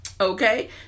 Okay